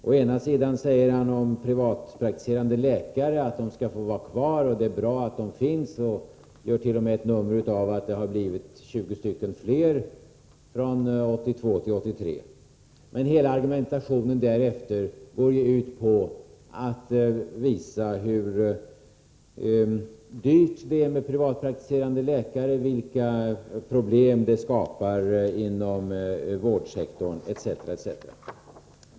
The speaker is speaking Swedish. Å ena sidan säger han om privatpraktiserande läkare att de skall få vara kvar och att det är bra att de finns, och han gör t.o.m. ett nummer av att de har blivit 20 fler från 1982 till 1983. Hela argumentationen därefter går å andra sidan ut på att visa hur dyrt det är med privatpraktiserande läkare, vilka problem det skapar inom vårdsektorn etc.